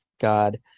god